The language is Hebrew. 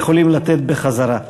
יכולים לתת בחזרה.